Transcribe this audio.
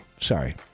Sorry